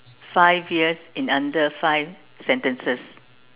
five years in under five sentences